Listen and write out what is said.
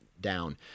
down